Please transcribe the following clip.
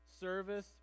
service